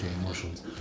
emotions